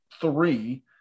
three